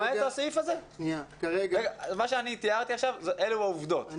מה שתיארתי עכשיו אלו העובדות,